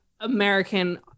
american